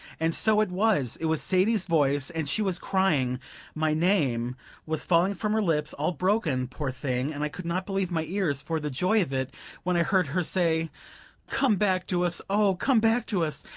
and so it was it was sadie's voice, and she was crying my name was falling from her lips all broken, poor thing, and i could not believe my ears for the joy of it when i heard her say come back to us oh, come back to us,